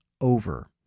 over